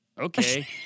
okay